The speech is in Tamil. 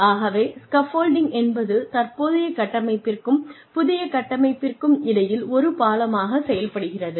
ஆகவே ஸ்காஃப்ஃபோல்டிங் என்பது தற்போதைய கட்டமைப்பிற்கும் புதிய கட்டமைப்பிற்கும் இடையில் ஒரு பாலமாகச் செயல்படுகிறது